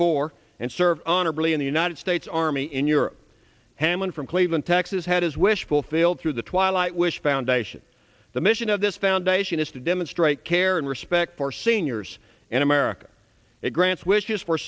four and served honorably in the united states army in europe hammond from cleveland texas had his wish fulfilled through the twilight wish foundation the mission of this foundation is to demonstrate care and respect force seniors in america it grants wishes for